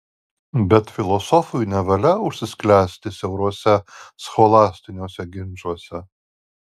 bet filosofui nevalia užsisklęsti siauruose scholastiniuose ginčuose